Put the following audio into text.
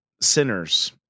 sinners